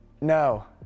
No